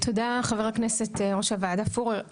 תודה, חבר הכנסת, ראש הוועדה פורר.